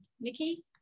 Nikki